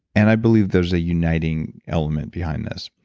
and i believe there's a uniting element behind this.